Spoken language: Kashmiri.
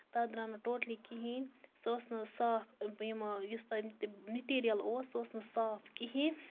تَتھ درٛاو نہٕ ٹوٹلی کِہیٖنٛۍ سُہ اوس نہٕ صاف بے مال یُس تمیُک تہِ میٹیٖریَل اوس سُہ اوس نہٕ صاف کِہیٖنٛۍ